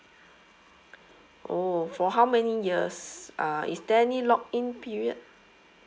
oh for how many years uh is there any lock in period